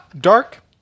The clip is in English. dark